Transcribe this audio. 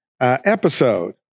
episode